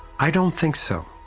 i don't think so.